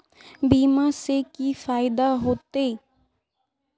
बीमा से की फायदा होते?